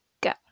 Go